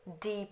deep